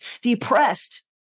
depressed